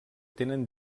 tenen